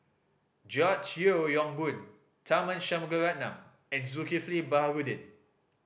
George Yeo Yong Boon Tharman Shanmugaratnam and Zulkifli Baharudin